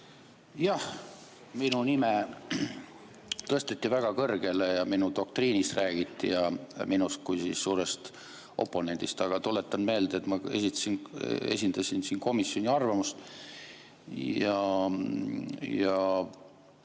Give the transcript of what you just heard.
Jah. Minu nime tõsteti väga kõrgele, minu doktriinist räägiti ja minust kui suurest oponendist. Aga tuletan meelde, et ma esindasin siin komisjoni arvamust.